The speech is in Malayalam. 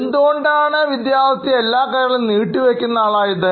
എന്തുകൊണ്ടാണ് വിദ്യാർത്ഥിഎല്ലാകാര്യങ്ങളും നീട്ടി വയ്ക്കുന്ന ആളായത്